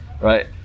right